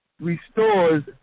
restores